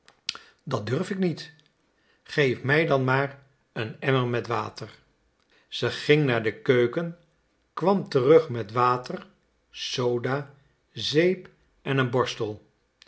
r f ik niet geef mij dan maar een emmer met water ze ging naar de keuken kwam terug met water soda zeep en een borstel